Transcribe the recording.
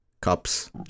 cups